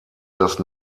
das